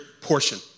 portion